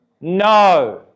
No